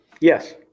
Yes